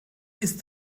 ist